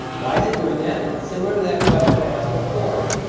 why is it doing that? it's similar to that question i asked before.